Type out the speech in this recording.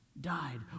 died